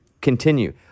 Continue